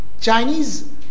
Chinese